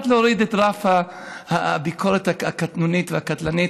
להוריד את רף הביקורת הקטנונית והקטלנית.